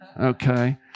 Okay